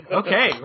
okay